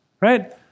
right